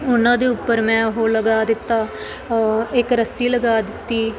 ਉਹਨਾਂ ਦੇ ਉੱਪਰ ਮੈਂ ਉਹ ਲਗਾ ਦਿੱਤਾ ਇੱਕ ਰੱਸੀ ਲਗਾ ਦਿੱਤੀ